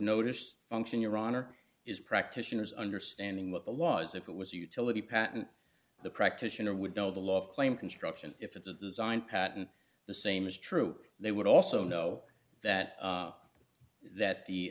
notice function your honor is practitioners understanding what the law is if it was utility patent the practitioner would know the law of claim construction if its a design patent the same is true they would also know that that the